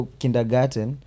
kindergarten